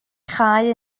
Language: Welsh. chau